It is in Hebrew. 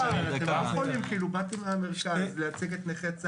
אתם לא יכולים כאילו באתי לייצג את נכי צה"ל.